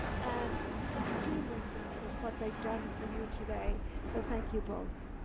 and extremely proud of what they've done for you today, so thank you both.